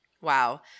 wow